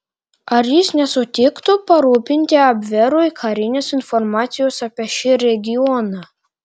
ar jis nesutiktų parūpinti abverui karinės informacijos apie šį regioną